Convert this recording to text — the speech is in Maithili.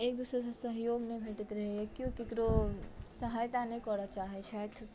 एक दोसरसँ सहयोग नहि भेटैत रहैए केओ ककरो सहायता नहि करय चाहैत छथि